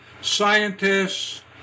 scientists